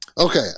Okay